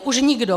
Už nikdo.